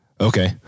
Okay